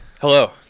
Hello